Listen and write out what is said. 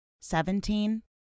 Seventeen